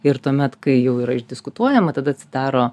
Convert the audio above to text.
ir tuomet kai jau yra išdiskutuojama tada atsidaro